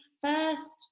first